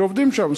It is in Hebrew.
שעובדים שם,